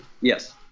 Yes